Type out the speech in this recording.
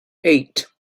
eight